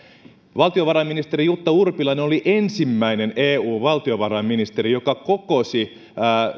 valtiovarainministeri jutta urpilainen oli ensimmäinen eu valtiovarainministeri joka kokosi